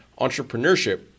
entrepreneurship